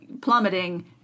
plummeting